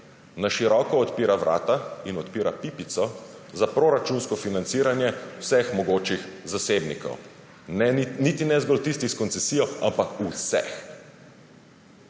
Na široko odpira vrata in odpira pipico za proračunsko financiranje vseh mogočih zasebnikov. Niti ne zgolj tistih s koncesijo, ampak vseh.